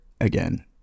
again